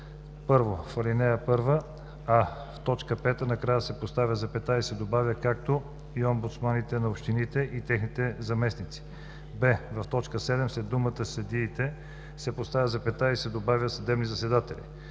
1. В ал. 1: а) в т. 5 накрая се поставя запетая и се добавя „както и омбудсманите на общините и техните заместници;“; б) в т. 7 след думата „съдиите“ се поставя запетая и се добавя „съдебните заседатели“;